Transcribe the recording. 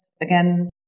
again